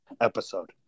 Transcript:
Episode